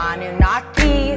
Anunnaki